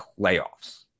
playoffs